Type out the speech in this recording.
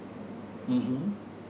mmhmm